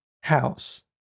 house